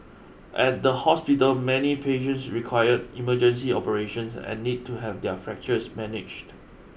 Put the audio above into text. at the hospital many patients required emergency operations and need to have their fractures managed